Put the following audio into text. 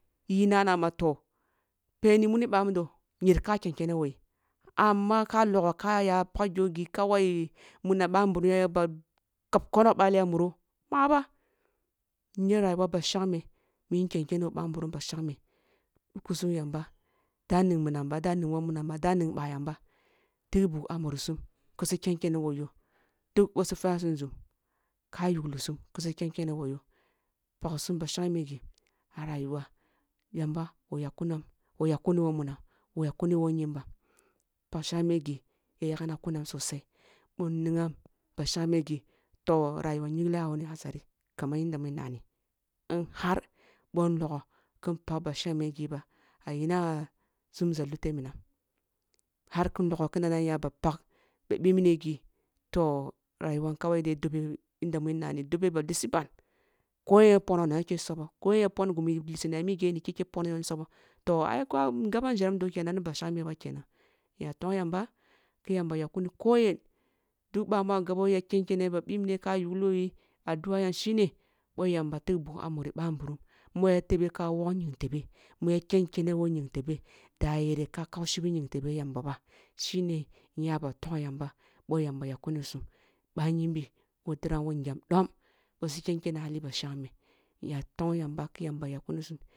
Lyi nana ma toh peni muni bah mudo nyer ka ken kene woh yi amma ka logho ka ya pagyo ghi kawai muna ъan burum ya ba kab kollo bali a muro ma ba nyer rayuwa ba shangme i yin ken kene woh ъa nburum ba shangme ɗukusum yamba da ning minam ba da ning woh munam ba da ning ъa yam ba tig bug ah muri sum kisi ken kene woh yoh duk boh su fa sum nzum ka yugli sum ki si ken kene woh yoh pagbi sum ba shangme ghi ah rayuwa yamba wa yak kunam wa yak kuni woh kunam wa yak kune who nyombam pag shangme ghi ya yagna kunam sosai boh nningha ba shangme ghe toh rayuwa nyingle ah wani hasari kaman yanda mu nnani in har ъon logho kin pag ba shangme ghi ba a’ina zumza luteh minam har kin logho kin na na nya ba pag ba bibne ghi toh rayuwa yam kawai dobe yanda mu in nane dobe ba lisi ban ko yen ya pono nake subo ko yen pono ghumu iya lisini ah i ghe niki ke pon yon soboh toh ai ko’a ngaban njer mudon kenan ni ba shangme ba kenan inga tong yamba ki yamba yak kum ko yen duk ъah mu ah gabo ken kene ba ъibne ka yugli yi addu’a yam shine boh yamba tig bugh ah muri bah nburum mu ya tebe ka wog nying tebe mu ya ken kene wh nying tebe da yere ka kaushi bi nying tebeh yamba ba shine inya ba tong zamba boh yamba yakuni sum bah yimbi woh tiram woh ngyam dom boh si ken kene hali ba shangme inya tong yamba ke yamba yakkunisum